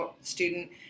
student